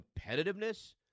competitiveness